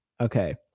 okay